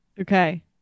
okay